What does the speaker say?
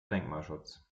denkmalschutz